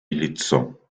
лицо